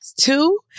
two